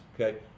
okay